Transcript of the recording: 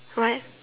what